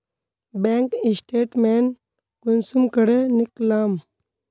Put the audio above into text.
Bank statement कुंसम करे निकलाम?